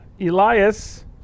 Elias